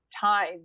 time